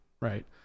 Right